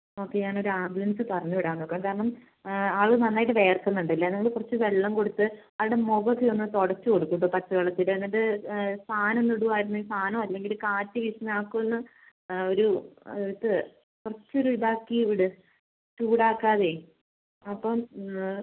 okay ഞാൻ ഒരു ambulance പറഞ്ഞ് വിടാൻ നോക്കാം കാരണം ആൾ നന്നായിട്ട് വിയർക്കുന്നുണ്ട് അല്ലേ നിങ്ങൾ കുറച്ച് വെള്ളം കൊടുത്ത് ആളുടെ മുഖം ഒക്കെ ഒന്ന് തുടച്ച് കൊടുക്ക് ഇപ്പം പച്ച വെള്ളത്തിൽ എന്നിട്ട് ഫാൻ ഒന്ന് ഇടുവായിരുന്നെങ്കിൽ ഫാനോ അല്ലെങ്കിൽ കാറ്റ് വീശുന്ന ആൾക്കൊന്ന് ആ ഒരു ഇത് കുറച്ച് ഒരു ഇതാക്കി വിട് ചൂടാക്കാതെ അപ്പം